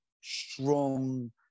strong